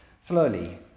slowly